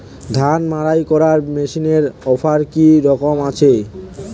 ধান মাড়াই করার মেশিনের অফার কী রকম আছে?